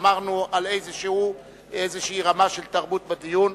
שמרנו על איזושהי רמה של תרבות בדיון.